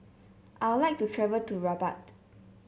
I would like to travel to Rabat